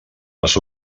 les